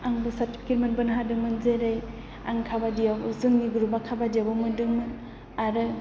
आंबो सार्टिफिकेट मोनबोनो हादोंमोन जेरै आं खाबादियाव जोंनि ग्रुपा खाबादिआवबो मोन्दोंमोन आरो